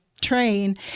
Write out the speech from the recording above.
train